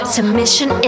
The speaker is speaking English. Submission